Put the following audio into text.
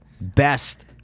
Best